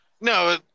No